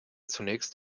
zunächst